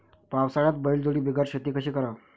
पावसाळ्यात बैलजोडी बिगर शेती कशी कराव?